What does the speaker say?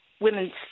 women's